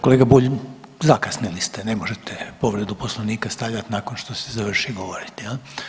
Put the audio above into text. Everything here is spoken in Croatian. Kolega Bulj zakasnili ste ne možete povredu Poslovnika stavljat nakon što se završi govoriti jel.